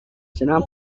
serán